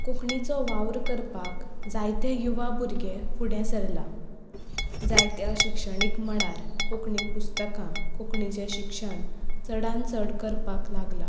कोंकणीचो वावर करपाक जायते युवा भुरगे फुडे सरल्यात जायत्या शिक्षणीक मळार कोंकणी पुसत्कां कोंकणीचें शिक्षण चडान चड करपाक लागलां